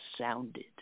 sounded